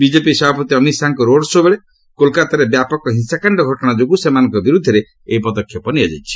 BJP ସଭାପତି ଅମିତ ଶାହାଙ୍କ road show' ବେଳେ କୋଲକାତାରେ ବ୍ୟାପକ ହିଂସାକାଣ୍ଡ ଘଟଣା ଯୋଗୁଁ ସେମାନଙ୍କ ବିରୁଦ୍ଧରେ ଏହି ପଦକ୍ଷେପ ନିଆଯାଇଛି